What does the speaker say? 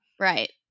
Right